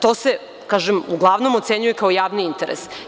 To se uglavnom ocenjuje kao javni interes.